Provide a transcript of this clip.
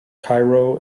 cairo